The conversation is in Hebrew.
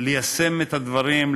ליישם את הדברים,